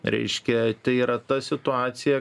reiškia tai yra ta situacija